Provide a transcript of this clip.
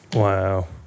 Wow